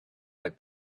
like